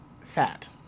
fat